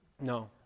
No